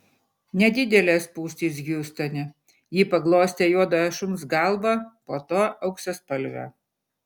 nedidelės spūstys hjustone ji paglostė juodojo šuns galvą po to auksaspalvio